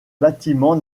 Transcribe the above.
bâtiment